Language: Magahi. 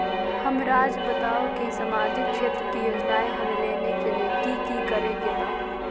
हमराज़ बताओ कि सामाजिक क्षेत्र की योजनाएं हमें लेने के लिए कि कि करे के बा?